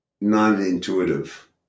non-intuitive